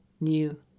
new